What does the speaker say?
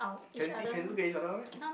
can see can look at each other one meh